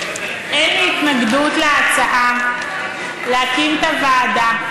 אין לי התנגדות להצעה להקים את הוועדה.